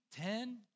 ten